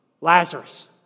Lazarus